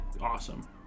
Awesome